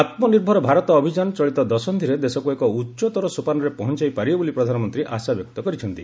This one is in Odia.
ଆତ୍ମନିର୍ଭର ଭାରତ ଅଭିଯାନ ଚଳିତ ଦଶନ୍ଧିରେ ଦେଶକୁ ଏକ ଉଚ୍ଚତର ସୋପାନରେ ପହଂଚାଇ ପାରିବ ବୋଲି ପ୍ରଧାନମନ୍ତ୍ରୀ ଆଶା ବ୍ୟକ୍ତ କରିଛନ୍ତି